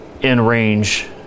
in-range